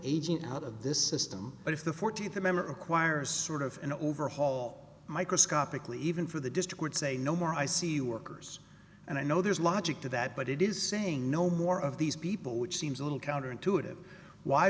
aging out of this system but if the fourteenth a member acquires sort of an overhaul microscopically even for the district would say no more i c u workers and i know there's logic to that but it is saying no more of these people which seems a little counterintuitive why